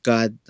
God